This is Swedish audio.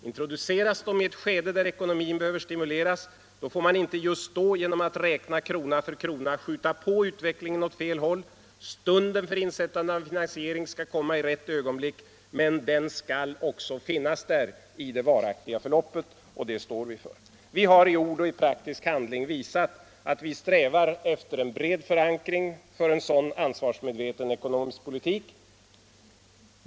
Introduceras de i ett skede då ekonomin behöver stimuleras, får man inte just då genom att räkna krona för krona skjuta på utvecklingen åt fel håll. En finansiering skall sättas in i rätt ögonblick, men den skall finnas där i det varaktiga förloppet. Vi har i ord och praktisk handling visat att vi strävar efter en bred förankring för en sådan ansvarsmedveten ekonomisk politik.